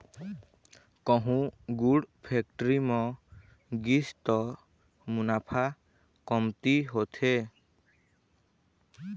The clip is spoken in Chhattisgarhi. कहूँ गुड़ फेक्टरी म गिस त मुनाफा कमती होथे